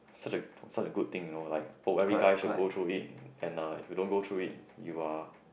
such a such a good thing you know like oh every guy should go through it and you don't go through it you are